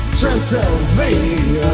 transylvania